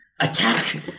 attack